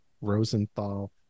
Rosenthal